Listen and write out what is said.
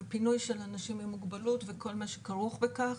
ופינוי של אנשים עם מוגבלות וכל מה שכרוך בכך.